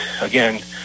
again